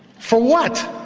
for what?